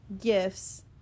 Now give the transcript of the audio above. gifts